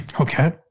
Okay